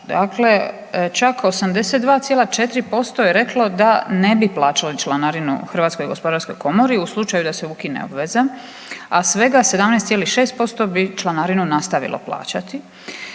Dakle, čak 82,4% je reklo da ne bi plaćali članarinu HGK-u u slučaju da se ukine obveza, a svega 17,6% bi članarinu nastavilo plaćati.